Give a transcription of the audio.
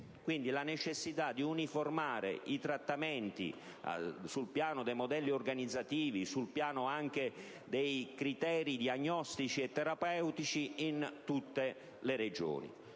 dire la necessità di uniformare i trattamenti sul piano dei modelli organizzativi e dei criteri diagnostici e terapeutici in tutte le Regioni.